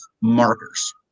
markers